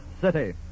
City